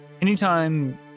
anytime